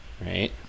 right